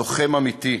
לוחם אמיתי.